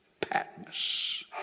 Patmos